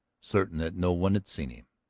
certain that no one had seen him,